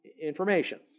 information